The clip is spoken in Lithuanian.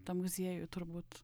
tam muziejų turbūt